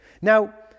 Now